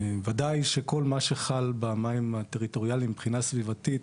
ודאי שכל מה שחל במים הטריטוריאליים מבחינה סביבתית,